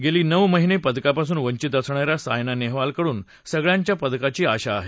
गेली नऊ महिने पदका पासून वंचित असणाऱ्या सायना नेहवाल कडून सगळ्याचं पदकाची आशा आहे